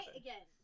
again